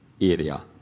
area